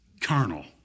carnal